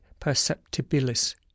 perceptibilis